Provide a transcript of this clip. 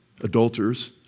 adulterers